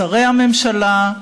שרי הממשלה,